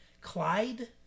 Clyde